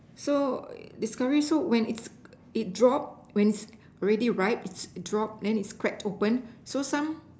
so discovery so when it it drop when its already ripe its dropped then its cracked open so some